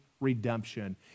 redemption